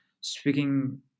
speaking